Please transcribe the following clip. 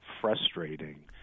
frustrating